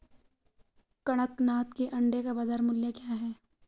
कड़कनाथ के अंडे का बाज़ार मूल्य क्या है?